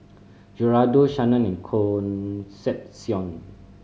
Gerardo Shanna and Concepcion